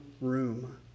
room